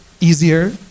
easier